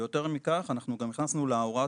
ויותר מכך אנחנו גם הכנסנו להוראת